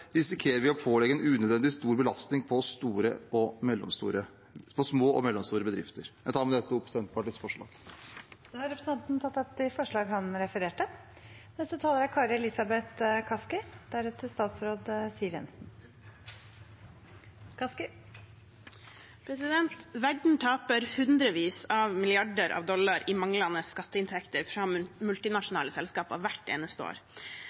risikerer vi å pålegge en unødvendig stor belastning på små og mellomstore bedrifter. Jeg tar med dette opp Senterpartiets forslag. Representanten Trygve Slagsvold Vedum har tatt opp de forslagene han refererte til. Verden taper hundrevis av milliarder av dollar i manglende skatteinntekter fra multinasjonale selskaper hvert eneste år.